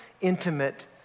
intimate